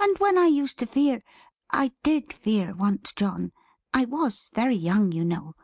and when i used to fear i did fear once, john i was very young you know